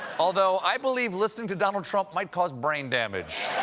although, i believe listening to donald trump might cause brain damage.